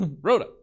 Rhoda